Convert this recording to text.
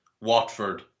Watford